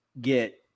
get